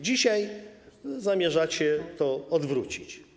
Dzisiaj zamierzacie to odwrócić.